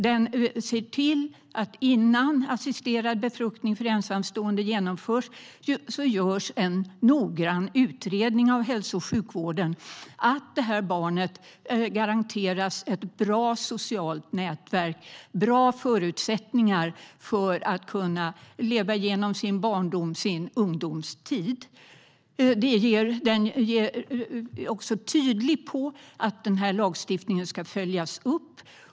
Den ser till att hälso och sjukvården innan assisterad befruktning för ensamstående genomförs gör en noggrann utredning. På det sättet garanteras barnet ett bra socialt nätverk och bra förutsättningar för barndoms och ungdomstiden. Det framgår också tydligt att lagstiftningen ska följas upp.